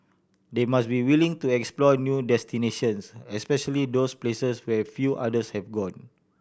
they must be willing to explore new destinations especially those places where few others have gone